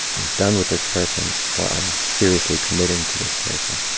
i'm done with this person, or i'm seriously committing to this person.